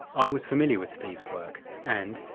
i was familiar with steve's work and,